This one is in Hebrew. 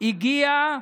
הגיעה